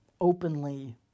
openly